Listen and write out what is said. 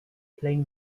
playing